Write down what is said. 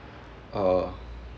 uh